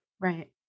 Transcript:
Right